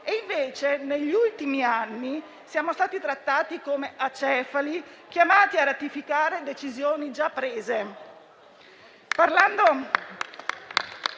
mentre negli ultimi anni siamo stati trattati come acefali, chiamati a ratificare decisioni già prese.